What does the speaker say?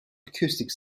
acoustic